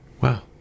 Wow